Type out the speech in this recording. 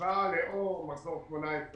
השוואה לאור מחזור 18' או 19' כי